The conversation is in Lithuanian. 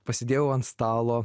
pasidėjau ant stalo